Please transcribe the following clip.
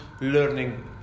learning